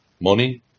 money